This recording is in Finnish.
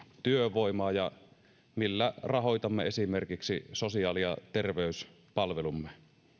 työvoimaa ja millä rahoitamme esimerkiksi sosiaali ja terveyspalvelumme